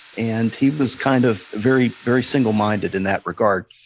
and he was kind of very very single-minded in that regard.